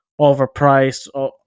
overpriced